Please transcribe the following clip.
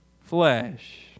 flesh